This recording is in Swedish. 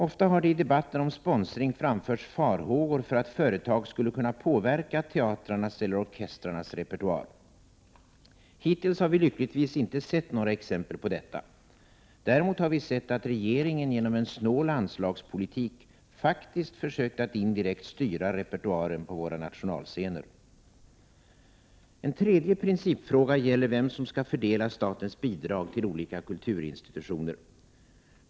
Ofta har det i debatten om sponsring framförts farhågor för att företag skulle kunna påverka teatrarnas eller orkestrarnas repertoar. Hittills har vi lyckligtvis inte sett några exempel på detta. Däremot har vi sett att regeringen genom en snål anslagspolitik faktiskt försökt att indirekt styra repertoaren på våra nationalscener. En tredje principfråga gäller vem som skall fördela statens bidrag till olika kulturinstitutioner.